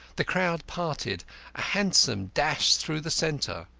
the crowd parted a hansom dashed through the centre.